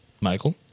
Michael